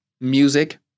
music